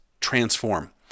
transform